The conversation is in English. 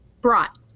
brought